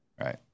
Right